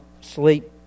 sleep